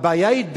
הבעיה היא דת.